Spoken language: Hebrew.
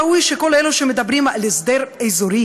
ראוי שכל אלה שמדברים על הסדר אזורי